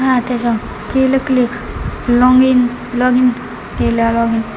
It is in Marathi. हा त्याच्यावर केलं क्लिक लाँगिन लॉगिन केला लॉगिन